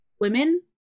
women